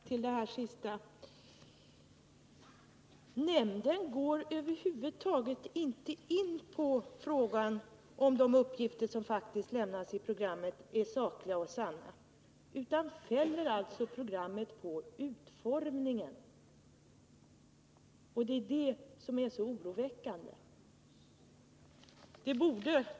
Herr talman! När det gäller det sista Gabriel Romanus sade vill jag påpeka att radionämnden över huvud taget inte går in på frågan om de uppgifter som faktiskt lämnades i programmet är sakliga och sanna, utan den fäller programmet på grund av utformningen. Det är det som är så oroväckande.